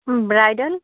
হুম bridal